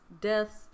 deaths